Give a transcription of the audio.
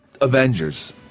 Avengers